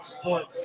sports